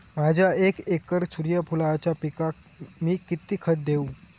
माझ्या एक एकर सूर्यफुलाच्या पिकाक मी किती खत देवू?